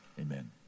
Amen